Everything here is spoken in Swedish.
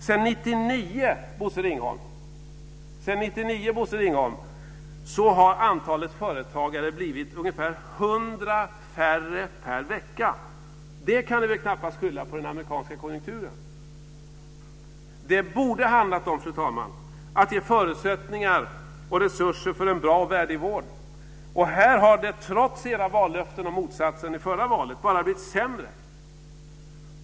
Sedan 1999 har antalet företagare blivit ungefär 100 färre per vecka, Bosse Ringholm! Det kan du väl knappast skylla på den amerikanska konjunkturen. Fru talman! Det borde ha handlat om att ge förutsättningar och resurser för en bra och värdig vård. Men här har det trots era vallöften om motsatsen i förra valet bara blivit sämre.